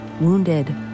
wounded